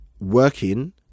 working